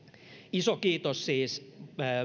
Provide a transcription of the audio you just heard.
iso kiitos siis